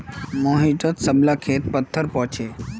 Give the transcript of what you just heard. मोहिटर सब ला खेत पत्तर पोर छे